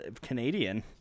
Canadian